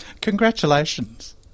Congratulations